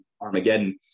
Armageddon